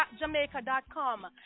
jamaica.com